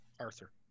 Arthur